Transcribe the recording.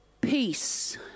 peace